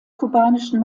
kubanischen